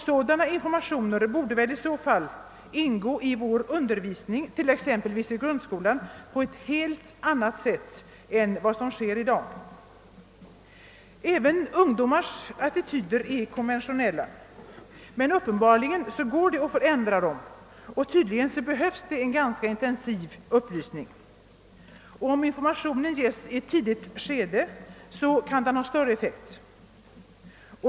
Sådana informationer borde väl i så fall ingå i undervisningen, t.ex. i grundskolan, på ett helt annat sätt än i dag. även ungdomars attityder är konventionella, men uppenbarligen går det att förändra dem, och tydligen behövs det en ganska intensiv upplysning. Om informationen ges i tidigt skede kan den ha större effekt.